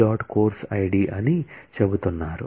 course id అని చెప్తున్నారు